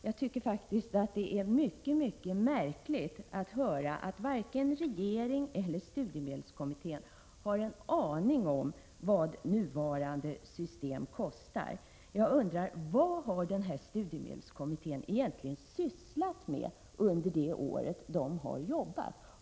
Jag tycker faktiskt att det är mycket märkligt att varken regeringen eller studiemedelskommittén har en aning om vad nuvarande system kostar. Jag undrar: Vad har studiemedelskommittén egentligen sysslat med under det år den har arbetat?